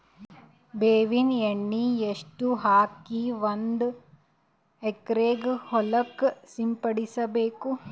ಬೇವಿನ ಎಣ್ಣೆ ಎಷ್ಟು ಹಾಕಿ ಒಂದ ಎಕರೆಗೆ ಹೊಳಕ್ಕ ಸಿಂಪಡಸಬೇಕು?